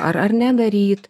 ar ar nedaryt